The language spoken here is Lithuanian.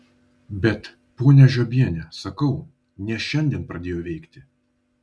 bet ponia žiobiene sakau ne šiandien pradėjo veikti